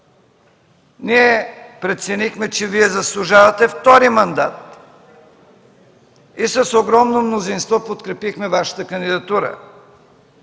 ние преценихме, че Вие заслужавате втори мандат и с огромно мнозинство подкрепихме Вашата кандидатура.